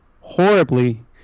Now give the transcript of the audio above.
horribly